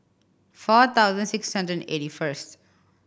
four thousand six hundred and eighty first